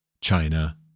China